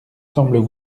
semblent